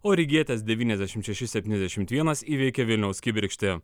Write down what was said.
o rygietės devyniasdešim šeši septyniasdešimt vienas įveikė vilniaus kibirkštį